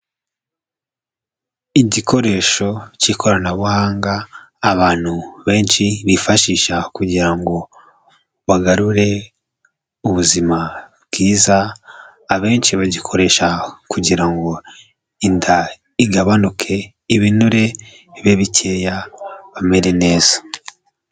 Igikoresho cy'ikoranabuhanga, abantu benshi bifashisha kugira ngo bagarure ubuzima bwiza, abenshi bagikoresha kugira ngo inda igabanuke, ibinure bibe bikeya, bamere neza.